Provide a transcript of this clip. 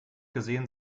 gesehen